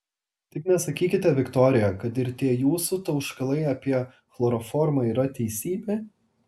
tik nesakykite viktorija kad ir tie jūsų tauškalai apie chloroformą yra teisybė